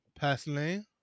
Personally